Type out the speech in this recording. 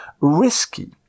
risky